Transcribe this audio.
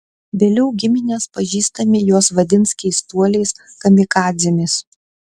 vėliau giminės pažįstami juos vadins keistuoliais kamikadzėmis